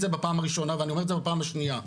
זה בפעם הראשונה ואני אומר את זה בפעם השנייה,